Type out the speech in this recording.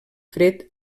fred